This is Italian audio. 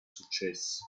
successi